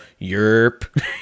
Yerp